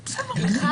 לך,